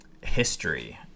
history